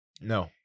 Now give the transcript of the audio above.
No